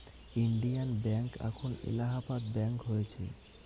Indian Bank এখন Allahabad Bank হয়েছে